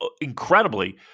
incredibly